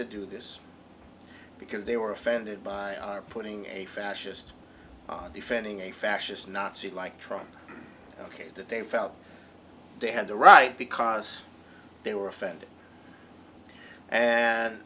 to do this because they were offended by putting a fascist on defending a fascist nazi like trump ok that they felt they had the right because they were offended and